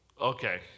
Okay